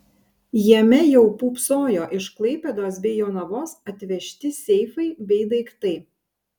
jame jau pūpsojo iš klaipėdos bei jonavos atvežti seifai bei daiktai